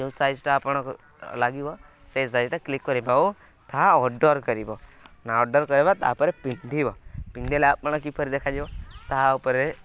ଯେଉଁ ସାଇଜ୍ଟା ଆପଣ ଲାଗିବ ସେଇ ସାଇଜ୍ଟା କ୍ଲିକ୍ କରିବା ଆଉ ତାହା ଅର୍ଡ଼ର୍ କରିବ ନା ଅର୍ଡ଼ର୍ କରିବା ତା'ପରେ ପିନ୍ଧିବ ପିନ୍ଧିଲେ ଆପଣ କିପରି ଦେଖାଯିବ ତାହା ଉପରେ